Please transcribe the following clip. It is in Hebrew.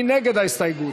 מי נגד ההסתייגות?